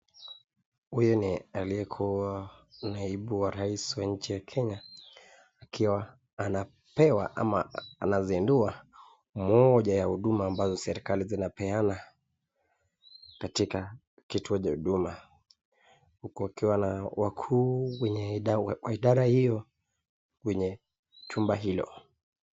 Huyu ni aliyekuwa naibu wa rais wa nchi ya Kenya akiwa anapewa ama anazindua moja ya huduma ambazo serekali inapeana katika kituo cha huduma huku wakiwa na wakuu wa idara hiyo wenye chumba hilo.